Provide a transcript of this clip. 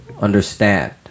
understand